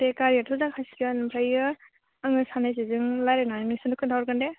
दे गारियाथ' जाखासिगोन ओमफ्राय आङो साननैसोजों रायलायनानै नोंसिनो खिथाहरगोन दे